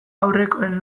aurrekoen